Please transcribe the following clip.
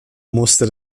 musste